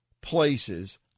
places